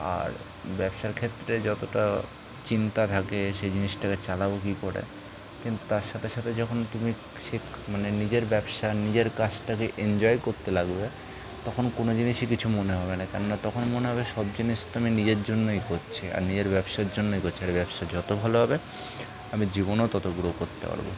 আর ব্যবসার ক্ষেত্রে যতোটা চিন্তা থাকে সে জিনিসটাকে চালাবো কী করে কিন্তু তার সাথে সাথে যখন তুমি শেখ মানে নিজের ব্যবসা নিজের কাজটা যে এনজয় করতে লাগবে তখন কোনো জিনিসই কিছু মনে হবে না কেননা তখন মনে হবে সব জিনিস তো আমি নিজের জন্যই করছি আর নিজের ব্যবসার জন্যই করছি আর ব্যবসা যতো ভালো হবে আমি জীবনেও তত গ্রো করতে পারবো